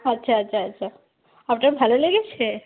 আচ্ছা আচ্ছা আচ্ছা আপনার ভালো লেগেছে